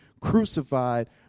crucified